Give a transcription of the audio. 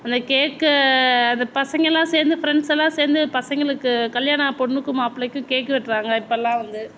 அந்த கேக்கை அந்த பசங்கெல்லாம் சேர்ந்து ஃபிரெண்ட்ஸெல்லாம் சேர்ந்து பசங்களுக்கு கல்யாண பொண்ணுக்கும் மாப்பிளைக்கும் கேக்கு வெட்டுறாங்க இப்பெலாம் வந்து